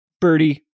birdie